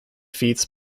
feats